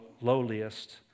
lowliest